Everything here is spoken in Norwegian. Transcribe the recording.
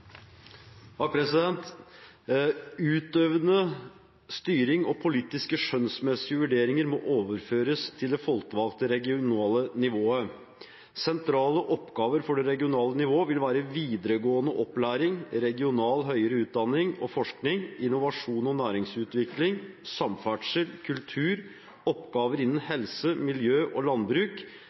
folkevalgte regionale nivået. Sentrale oppgaver for det regionale nivået vil være videregående opplæring, regional høyere utdanning og forskning, innovasjon og næringsutvikling, samferdsel, kultur, oppgaver innen helse, miljø og landbruk,